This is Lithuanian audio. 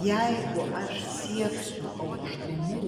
jeigu aš sieksiu aukštumų